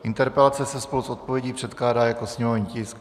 Interpelace se spolu s odpovědí předkládá jako sněmovní tisk 659.